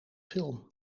film